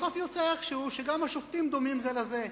בסוף יוצא איכשהו, שגם השופטים דומים זה לזה.